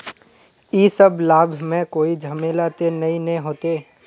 इ सब लाभ में कोई झमेला ते नय ने होते?